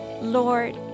Lord